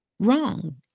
wrong